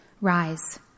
Rise